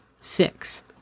six